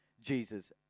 Jesus